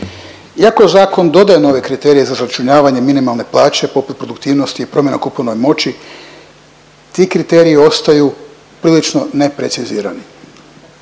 iako zakon dodaje nove kriterije za izračunavanje minimalne plaće, poput produktivnosti i promjena u kupovnoj moći, ti kriteriji ostaju prilično neprecizirani.